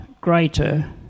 greater